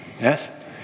Yes